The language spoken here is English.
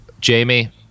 Jamie